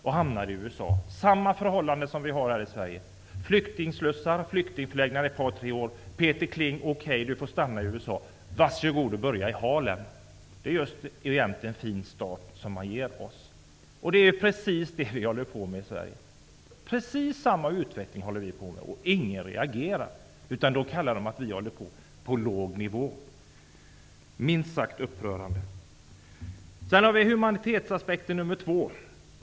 Om vi hamnade i USA skulle förhållandena vara desamma som för flyktingarna i Sverige, med flyktingslussar och flyktingförläggningar i ett par, tre år. Då skulle man säga: Okej, du får stanna i USA, Peter Kling! Var så god och börja i Harlem! Det vore just en fin start man gav oss. Det är precis det vi håller på med i Sverige. Det är precis samma utveckling. Ingen reagerar. Man säger bara att vi nydemokrater för debatten på en låg nivå. Det är minst sagt upprörande. Sedan är det humanitetsaspekten nr 2.